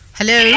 Hello